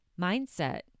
mindset